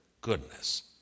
goodness